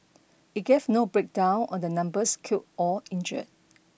it gave no breakdown on the numbers killed or injured